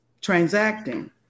transacting